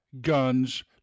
Guns